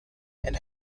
and